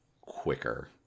quicker